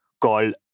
called